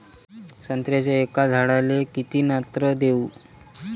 संत्र्याच्या एका झाडाले किती नत्र देऊ?